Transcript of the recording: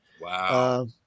Wow